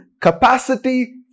capacity